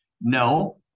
no